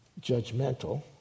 judgmental